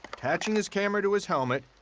attaching his camera to his helmet,